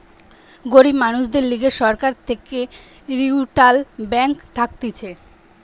গরিব মানুষদের লিগে সরকার থেকে রিইটাল ব্যাঙ্ক থাকতিছে